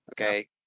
Okay